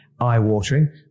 eye-watering